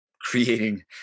creating